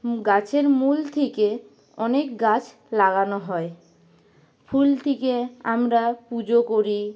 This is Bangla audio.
গাছের মূল থেকে অনেক গাছ লাগানো হয় ফুল থেকে আমরা পুজো করি